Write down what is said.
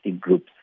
groups